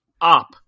up